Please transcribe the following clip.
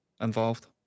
involved